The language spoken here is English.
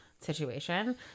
situation